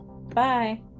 bye